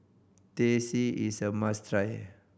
Teh C is a must try